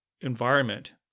environment